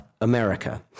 America